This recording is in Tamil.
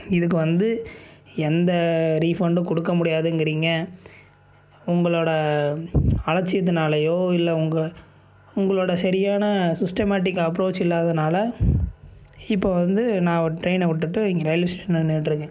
இதுக்கு வந்து எந்த ரீஃபண்டும் கொடுக்க முடியாதுங்கிறீங்க உங்களோடய அலட்சியத்தினாலையோ இல்லை உங்கள் உங்களோடய சரியான சிஸ்டமேட்டிக் அப்ரோச் இல்லாததுனால் இப்போ வந்து நான் ஒரு ட்ரெயினை விட்டுட்டு இங்கே ரயில்வே ஸ்டேஷனில் நின்றுட்ருக்கேன்